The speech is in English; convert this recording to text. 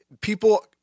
people